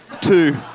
two